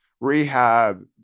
rehab